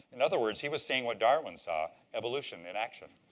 in other words, he was seeing what darwin saw, evolution in action.